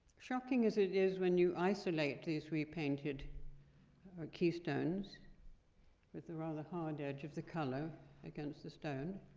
shocking as it is when you isolate these repainted keystones with a rather hard edge of the color against the stone